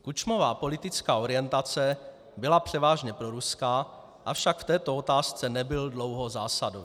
Kučmova politická orientace byla převážně proruská, avšak v této otázce nebyl dlouho zásadový.